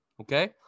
okay